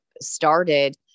started